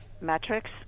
metrics